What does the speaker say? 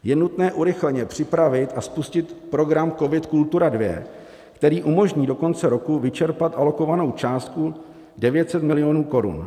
Je nutné urychleně připravit a spustit program COVID Kultura II, který umožní do konce roku vyčerpat alokovanou částku 900 milionů korun.